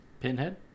Pinhead